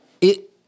It-